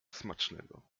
smacznego